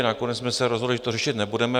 Nakonec jsme se rozhodli, že to řešit nebudeme.